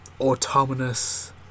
autonomous